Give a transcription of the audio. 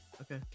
okay